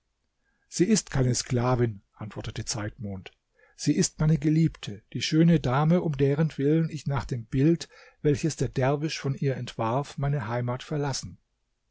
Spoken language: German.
sie ist keine sklavin antwortete zeitmond sie ist meine geliebte die schöne dame um derentwillen ich nach dem bild welches der derwisch von ihr entwarf meine heimat verlassen